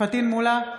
פטין מולא,